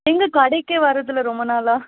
எங்கள் கடைக்கே வர்றதில்லை ரொம்ப நாளாக